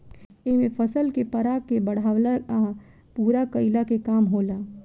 एमे फसल के पराग के बढ़ावला आ पूरा कईला के काम होला